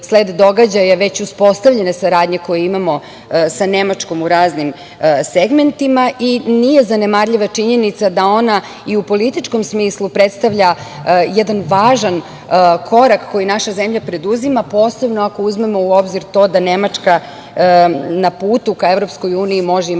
već uspostavljene saradnje koju imamo sa Nemačkom u raznim segmentima i nije zanemarljiva činjenica da ona i u političkom smislu predstavlja jedan važan korak koji naša zemlja preduzima, posebno ako uzmemo u obzir to da Nemačka na putu ka EU može imati